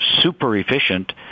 super-efficient